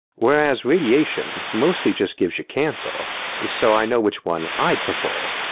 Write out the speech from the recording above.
whereas radiation mostly just gives you cancer, so i know which one i'd prefer.